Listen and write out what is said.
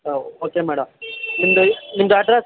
ಹಾಂ ಓಕೆ ಮೇಡ ನಿಮ್ಮದು ನಿಮ್ಮದು ಅಡ್ರೆಸ್